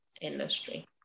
industry